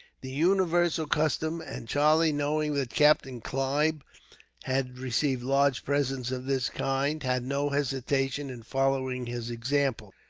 the universal custom, and charlie, knowing that captain clive had received large presents of this kind, had no hesitation in following his example.